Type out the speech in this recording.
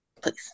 Please